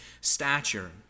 stature